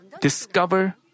discover